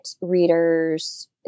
readers